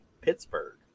Pittsburgh